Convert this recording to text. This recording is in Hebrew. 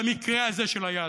במקרה הזה של היהדות.